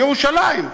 ירושלים.